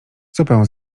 zupę